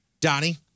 Donnie